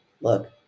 look